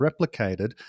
replicated